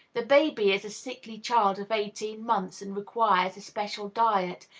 the baby is a sickly child of eighteen months, and requires especial diet,